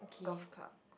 golf club